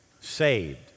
saved